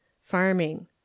Farming